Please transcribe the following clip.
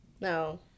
No